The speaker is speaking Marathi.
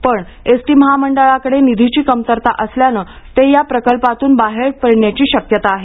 पण एस टी महामंडळाकडे निधीची कमतरता असल्यानं ते या प्रकल्पातून बाहेर पडण्याची शक्यता आहे